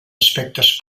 aspectes